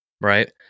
right